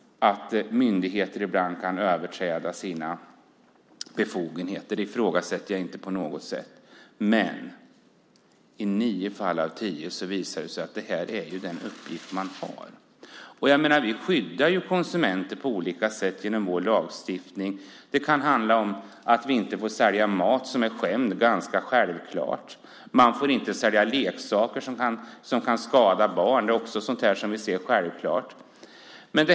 Myndigheter kan säkert överträda sina befogenheter ibland. Det ifrågasätter jag inte på något sätt. Men i nio fall av tio visar det sig att detta är den uppgift man har. Vi skyddar konsumenter på olika sätt genom vår lagstiftning. Det kan handla om att vi inte får sälja mat som är skämd. Det är ganska självklart. Man får inte sälja leksaker som kan skada barn. Det är också sådant som är självklart.